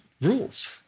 rules